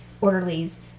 orderlies